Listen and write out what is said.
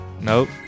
nope